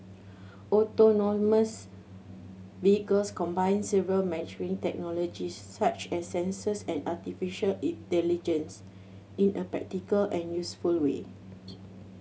autonomous vehicles combine several maturing technologies such as sensors and artificial intelligence in a practical and useful way